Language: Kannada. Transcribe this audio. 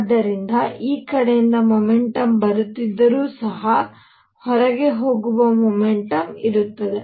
ಆದ್ದರಿಂದ ಈ ಕಡೆಯಿಂದ ಮೊಮೆಂಟಮ್ ಬರುತ್ತಿದ್ದರೂ ಸಹ ಹೊರಗೆ ಹೋಗುವ ಮೊಮೆಂಟಮ್ ಇರುತ್ತದೆ